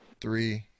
three